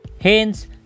Hence